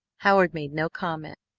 howard made no comment,